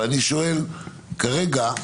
אני שואל כרגע,